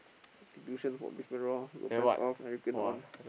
substitution for Brisbane-Roar Lopez off on